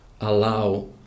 allow